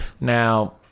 Now